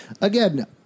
Again